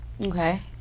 Okay